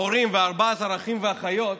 ההורים ו-14 האחים והאחיות,